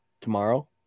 tomorrow